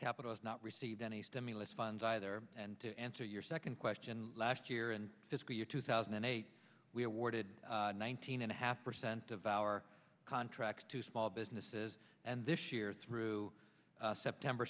capital has not received any stimulus funds either and to answer your second question last year and fiscal year two thousand and eight we awarded nineteen and a half percent of our contracts to small businesses and this year through september